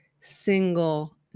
single